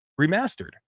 Remastered